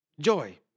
Joy